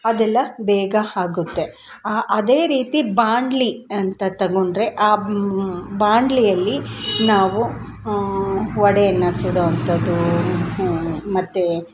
ಅದೆಲ್ಲ ಬೇಗ ಆಗುತ್ತೆ ಆ ಅದೇ ರೀತಿ ಬಾಣ್ಲಿ ಅಂತ ತಗೊಂಡರೆ ಆ ಬಾಣ್ಲಿಯಲ್ಲಿ ನಾವು ವಡೆಯನ್ನ ಸುಡೊ ಅಂಥದೂ ಹ್ಞೂ ಮತ್ತೆ